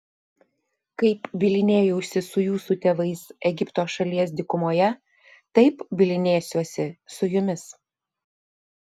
kaip bylinėjausi su jūsų tėvais egipto šalies dykumoje taip bylinėsiuosi su jumis